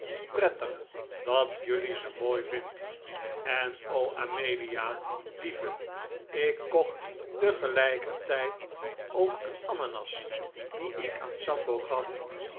prettig dat jelui ze mooi vindt en o amelia lieve ik kocht tegelijkertijd ook een ananas die ik aan sambo gaf